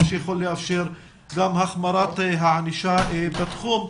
מה שיכול לאפשר גם החמרת הענישה בתחום.